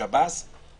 למה שמתם את זה בחוק?